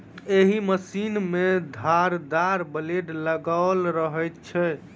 एहि मशीन मे धारदार ब्लेड लगाओल रहैत छै